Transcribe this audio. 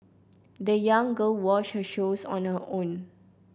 the young girl washed her shoes on her own